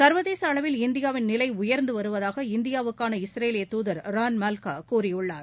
சர்வதேசஅளவில் இந்தியாவின் நிலைஉயர்ந்துவருவதாக இந்தியாவுக்கான இஸ்ரேலியதூதர் ரான் மால்காகூறியுள்ளார்